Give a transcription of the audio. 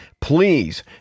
Please